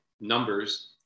numbers